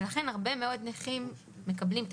לכן הרבה נכים מקבלים את